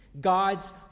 god's